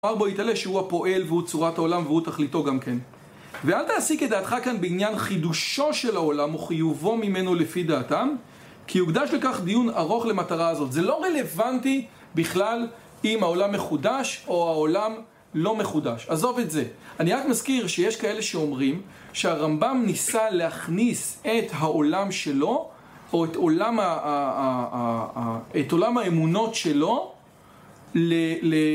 אמר בו היטלה שהוא הפועל והוא צורת העולם והוא תכליתו גם כן ואל תעסיק את דעתך כאן בעניין חידושו של העולם או חיובו ממנו לפי דעתם כי יוגדש לכך דיון ארוך למטרה הזאת זה לא רלוונטי בכלל אם העולם מחודש או העולם לא מחודש עזוב את זה אני רק מזכיר שיש כאלה שאומרים שהרמב״ם ניסה להכניס את העולם שלו או את עולם האמונות שלו ל...